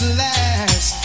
last